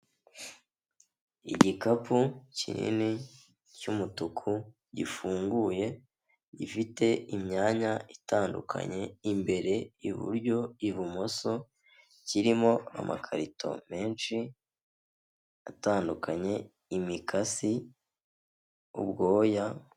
Igikapu kinini cy'umutuku gifunguye, gifite imyanya itandukanye: imbere, iburyo, ibumoso, kirimo amakarito menshi atandukanye, imikasi, ubwoya.